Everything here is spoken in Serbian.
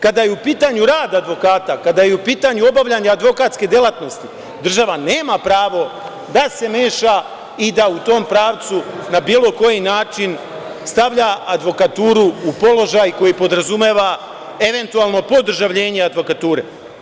Kada je u pitanju rad advokata, kada je u pitanju obavljanje advokatske delatnosti, država nema pravo da se meša i da u tom pravcu na bilo koji način stavlja advokaturu u položaj koji podrazumeva eventualno podržavljenje advokature.